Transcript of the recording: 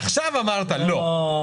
עכשיו אמרת לא,